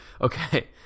Okay